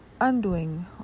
undoing